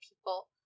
people